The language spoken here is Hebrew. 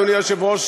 אדוני היושב-ראש,